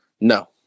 No